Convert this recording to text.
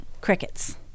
Crickets